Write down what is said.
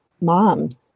mom